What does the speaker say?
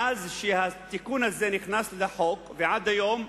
מאז נכנס התיקון הזה לחוק ועד היום,